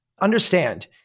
understand